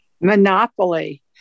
Monopoly